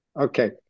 Okay